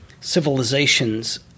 civilizations